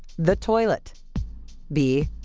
the toilet b.